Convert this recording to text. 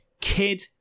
Kid